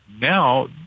now